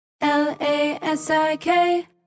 L-A-S-I-K